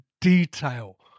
detail